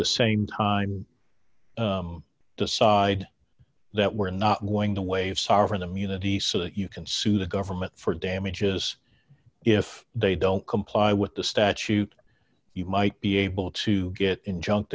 the same time decide that we're not going to waive sovereign immunity so that you can sue the government for damages if they don't comply with the statute you might be able to get injun